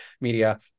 media